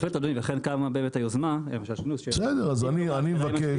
לכן קמה אדוני היוזמה --- אני מבקש.